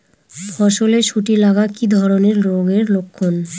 ফসলে শুটি লাগা কি ধরনের রোগের লক্ষণ?